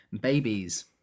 babies